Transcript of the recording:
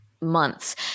months